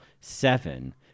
Seven